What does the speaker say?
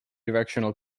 directional